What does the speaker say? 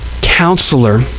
Counselor